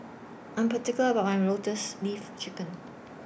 I Am particular about My Lotus Leaf Chicken